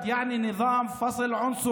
הנצחת הכיבוש